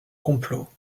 complot